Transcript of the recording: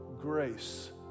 grace